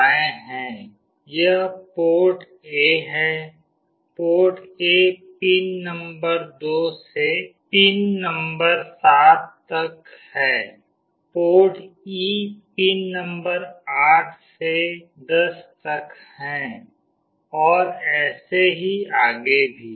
यह port A है port A pin number 2 से पिन नंबर 7 तक है पोर्ट E पिन नंबर 8 से 10 तक है और ऐसे ही आगे भी